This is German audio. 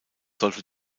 sollte